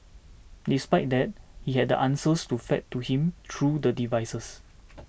despite that he had the answers fed to him through the devices